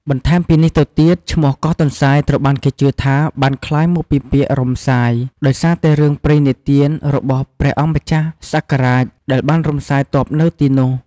បន្ថែមពីនេះទៅទៀតឈ្មោះ "កោះទន្សាយ" ត្រូវបានគេជឿថាបានក្លាយមកពីពាក្យ "រំសាយ" ដោយសារតែរឿងព្រេងនិទានរបស់ព្រះអង្គម្ចាស់សកររាជដែលបានរំសាយទ័ពនៅទីនោះ។